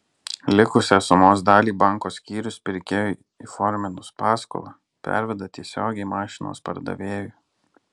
likusią sumos dalį banko skyrius pirkėjui įforminus paskolą perveda tiesiogiai mašinos pardavėjui